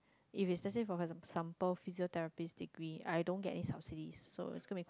if it's let's say for example physiotherapist degree I don't get any subsidies so it's going to be quite